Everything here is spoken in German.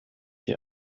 die